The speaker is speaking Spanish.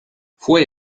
fue